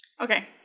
Okay